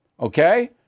Okay